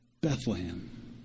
Bethlehem